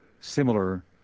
similar